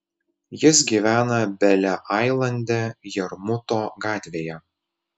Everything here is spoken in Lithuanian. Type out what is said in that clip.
jis gyvena bele ailande jarmuto gatvėje